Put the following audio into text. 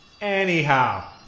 Anyhow